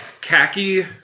Khaki